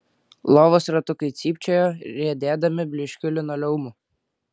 lovos ratukai cypčiojo riedėdami blyškiu linoleumu